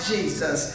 Jesus